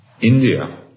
India